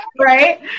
right